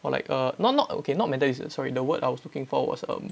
or like err not not okay not mental disa~ sorry the word I was looking for was um